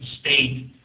state